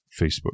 Facebook